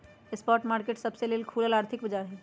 spot market सबके लेल खुलल आर्थिक बाजार हइ